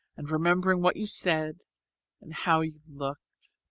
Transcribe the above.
and remembering what you said and how you looked.